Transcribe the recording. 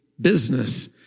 business